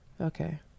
Okay